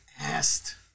asked